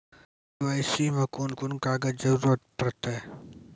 KYC मे कून कून कागजक जरूरत परतै?